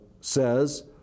says